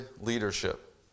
leadership